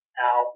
now